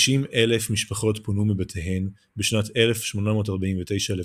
90,000 משפחות פונו מבתיהן בשנת 1849 לבדה.